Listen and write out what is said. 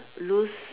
lose